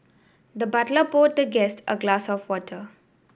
the butler poured the guest a glass of water